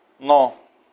ন